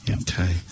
Okay